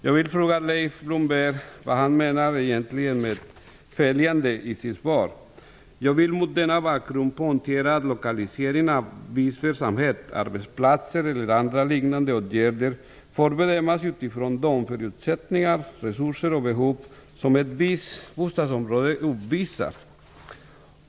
Jag vill fråga Leif Blomberg vad han egentligen menar med följande som han säger i sitt svar: "Jag vill mot denna bakgrund poängtera att lokalisering av viss verksamhet, arbetsplatser eller andra liknande åtgärder, får bedömas utifrån de förutsättningar, resurser och behov som ett visst bostadsområde uppvisar.